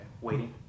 waiting